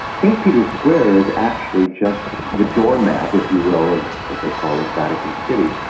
st peter's square is actually just the doormat, if you will, of what they call and vatican city,